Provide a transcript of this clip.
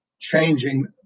changing